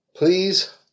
please